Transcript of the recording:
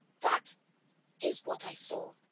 that is what i saw.